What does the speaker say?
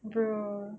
bro